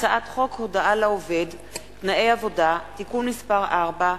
הצעת חוק הודעה לעובד (תנאי עבודה) (תיקון מס' 4),